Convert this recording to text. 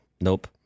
nope